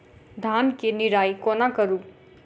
धान केँ निराई कोना करु?